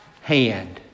hand